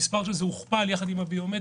המספר של זה הוכפל ביחד עם הביומטרי.